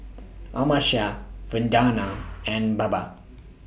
Amartya Vandana and Baba